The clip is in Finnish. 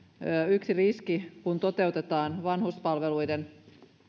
yksi riski kun toteutetaan vanhuspalveluiden